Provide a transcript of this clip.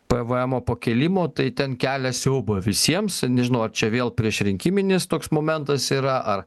pvemo pakėlimo tai ten kelia siaubą visiems nežinau ar čia vėl priešrinkiminis toks momentas yra ar